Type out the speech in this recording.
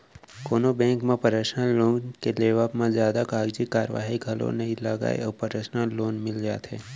कोनो बेंक म personal loan के लेवब म जादा कागजी कारवाही घलौ नइ लगय अउ परसनल लोन मिल जाथे